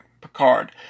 Picard